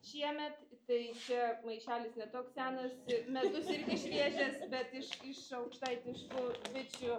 šiemet tai čia maišelis ne toks senas ir medus irgi šviežias bet iš iš aukštaitiškų bičių